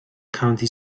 county